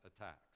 attacks